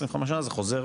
25 שנה זה חוזר,